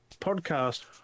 podcast